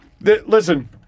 Listen